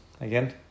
again